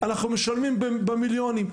אנחנו משלמים במיליונים.